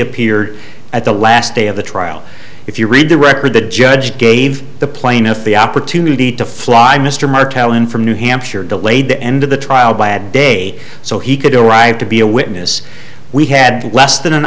appeared at the last day of the trial if you read the record the judge gave the plaintiff the opportunity to fly mr martell in from new hampshire delayed the end of the trial by a day so he could arrive to be a witness we had less than an